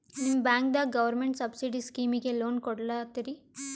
ನಿಮ ಬ್ಯಾಂಕದಾಗ government subsidy ಸ್ಕೀಮಿಗಿ ಲೊನ ಕೊಡ್ಲತ್ತೀರಿ?